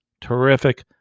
Terrific